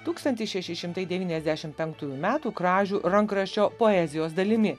tūkstantis šeši šimtai devyniasdešimt penktųjų metų kražių rankraščio poezijos dalimi